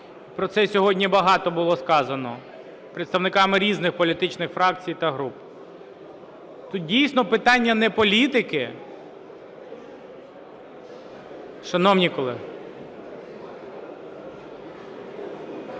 про це сьогодні багато було сказано представниками різних політичних фракцій та груп. Тут дійсно питання не політики. Шановні колеги,